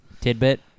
tidbit